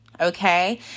okay